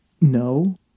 No